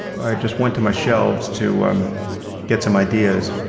i just went to my shelves to um get some ideas,